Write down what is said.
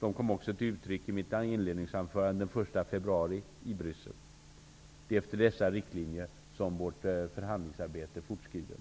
De kom också till uttryck i mitt inledningsanförande den 1 februari i Bryssel. Det är efter dessa riktlinjer som vårt förhandlingsarbete fortskrider.